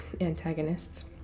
antagonists